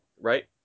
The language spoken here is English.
Right